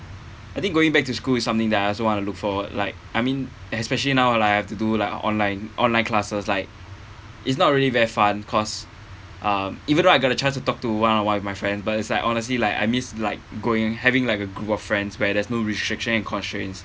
I think going back to school is something that I also want to look forward like I mean especially now like I have to do like online online classes like it's not really very fun cause um even though I got a chance to talk to one-on-one with my friend but it's like honestly like I miss like going having like a group of friends where there's no restriction and constraints